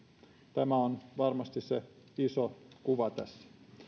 tämä on varmasti se iso kuva tässä